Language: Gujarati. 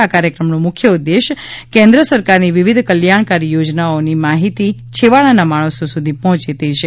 આ કાર્યક્રમનો મુખ્ય ઉદ્દેશ કેન્દ્ર સરકારની વિવિધ કલ્યાણકારી યોજનાઓ માહીતી છેવાડાના માણસો સુધી પહોંચે તે છે